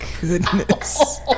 goodness